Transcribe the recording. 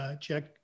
check